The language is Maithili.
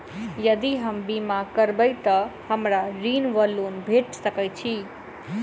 यदि हम बीमा करबै तऽ हमरा ऋण वा लोन भेट सकैत अछि?